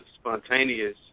spontaneous